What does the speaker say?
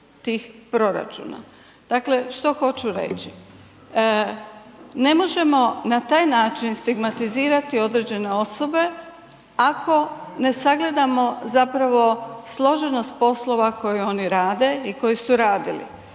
Dakle, što hoću reći? Ne možemo na taj način stigmatizirati određene osobe ako ne sagledamo zapravo složenost poslova koju oni rade i koju su radili.